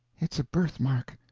it's a birthmark!